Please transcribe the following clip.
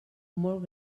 molt